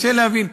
קשה להבין.